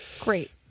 Great